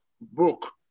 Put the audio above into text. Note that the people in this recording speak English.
book